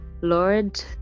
Lord